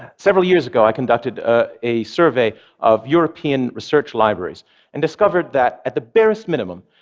several years ago, i conducted ah a survey of european research libraries and discovered that, at the barest minimum,